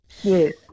Yes